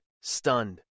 stunned